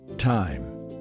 time